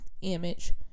image